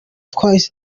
twahise